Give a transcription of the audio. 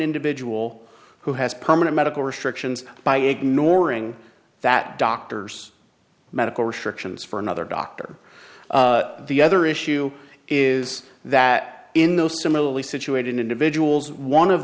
individual who has permanent medical restrictions by ignoring that doctors medical restrictions for another doctor the other issue is that in those similarly situated individuals one of